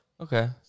Okay